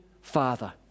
Father